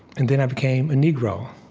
and then i became a negro.